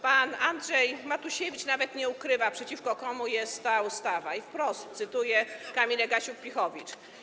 Pan Andrzej Matusiewicz nawet nie ukrywa, przeciwko komu jest ta ustawa, i wprost cytuje Kamilę Gasiuk-Pihowicz.